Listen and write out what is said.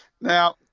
Now